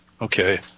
Okay